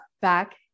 back